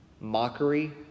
mockery